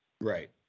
Right